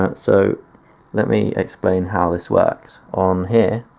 ah so let me explain how this works on here,